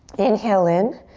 inhale in.